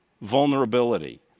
vulnerability